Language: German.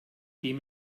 dem